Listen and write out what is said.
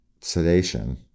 sedation